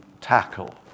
tackle